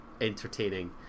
entertaining